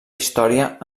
història